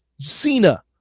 Cena